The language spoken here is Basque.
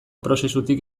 prozesutik